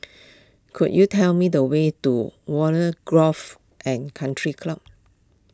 could you tell me the way to Warren Golf and Country Club